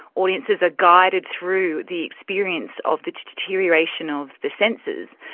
audiences are guided through the experience of the deterioration of the senses.